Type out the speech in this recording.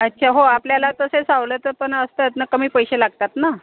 अच्छा हो आपल्याला तसे सवलत पण असतात ना कमी पैसे लागतात ना